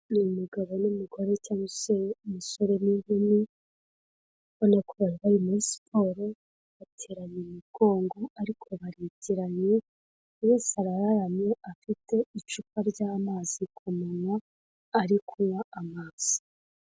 Umugabo n'umugore cyangwa se umusore n'inkumi ubona ko bari bari muri siporo bateranye imigongo ariko baregeranye, buri wese arararamye afite icupa ry'amazi ku munwa ari kunywa amazi.